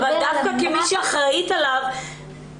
לגבי חלק מהם זמני ההמתנה הם של ימים ספורים.